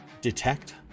detect